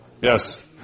Yes